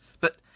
But